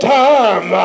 time